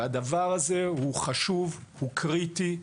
הדבר הזה הוא חשוב, הוא קריטי.